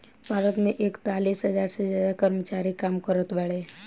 भारत मे एकतालीस हज़ार से ज्यादा कर्मचारी काम करत बाड़े